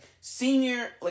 Senior